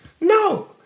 No